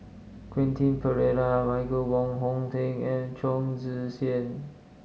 Quentin Pereira Michael Wong Hong Teng and Chong Tze Chien